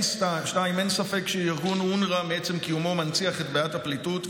אין ספק שארגון אונר"א מעצם קיומו מנציח את בעיית הפליטות,